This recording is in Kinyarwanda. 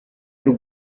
y’u